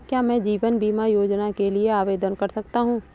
क्या मैं जीवन बीमा योजना के लिए आवेदन कर सकता हूँ?